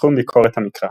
בתחום ביקורת המקרא.